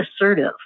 assertive